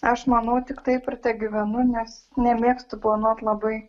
aš manau tik taip ir tegyvenu nes nemėgstu planuot labai